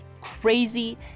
crazy